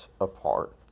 apart